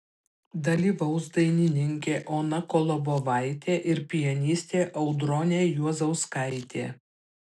dalyvaus dainininkė ona kolobovaitė ir pianistė audronė juozauskaitė